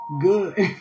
good